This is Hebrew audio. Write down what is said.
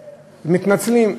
מתנצלים,